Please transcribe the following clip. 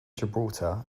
gibraltar